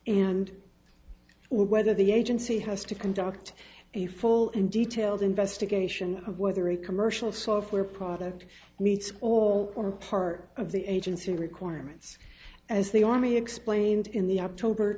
or whether the agency has to conduct a full and detailed investigation of whether a commercial software product meets all or part of the agency requirements as the army explained in the october